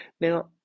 Now